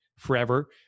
forever